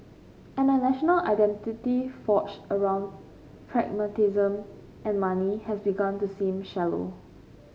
and a national identity forged around pragmatism and money has begun to seem shallow